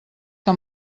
que